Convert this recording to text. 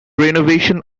renovation